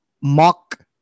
mock